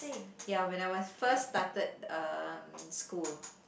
ya when I was first started um school